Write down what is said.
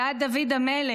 ועד דוד המלך,